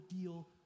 deal